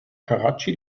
karatschi